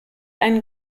einen